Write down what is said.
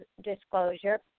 disclosure